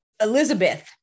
Elizabeth